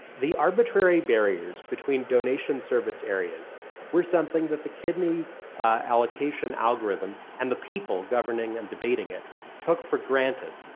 the arbitrary barriers between donation service areas were something that the kidney allocation algorithm and the people governing and debating it took for granted.